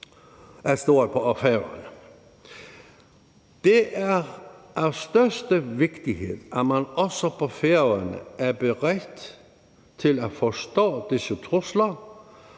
er stor på Færøerne. Det er af den største vigtighed, at man også på Færøerne er beredt til at forstå disse trusler